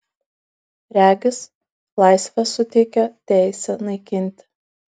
regis laisvė suteikia teisę naikinti